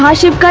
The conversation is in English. ah shiva.